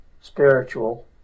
spiritual